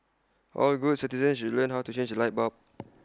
all good citizens should learn how to change A light bulb